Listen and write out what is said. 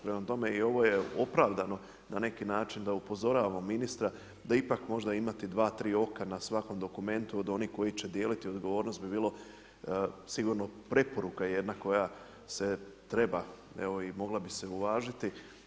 Prema tome i ovo je opravdano na neki način da upozoravamo ministra da ipak možda imati dva, tri oka na svakom dokumentu od onih koji će dijeliti odgovornost bi bilo sigurno preporuka jedna koja se treba evo i mogla bi se uvažiti.